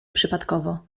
przypadkowo